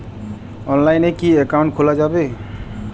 অনলাইনে কি অ্যাকাউন্ট খোলা যাবে?